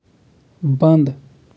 بنٛد